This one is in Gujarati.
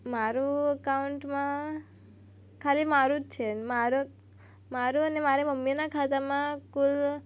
મારું અકાઉન્ટમાં ખાલી મારું જ છે મારું અને મારી મમ્મીના ખાતામાં કુલ